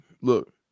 Look